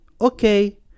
Okay